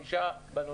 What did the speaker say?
5 בלונים.